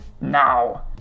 Now